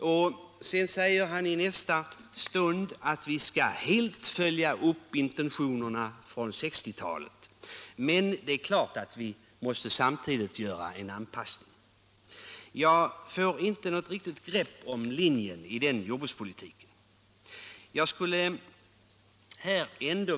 I nästa stund anser han att vi helt skall följa upp intentionerna från 1960-talet — men det är klart att vi samtidigt måste göra en anpassning. Jag får inte något riktigt grepp om linjen i den jordbrukspolitiken.